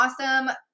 awesome